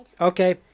Okay